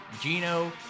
Gino